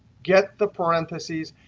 get the parentheses,